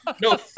no